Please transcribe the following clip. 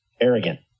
arrogant